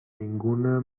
ninguna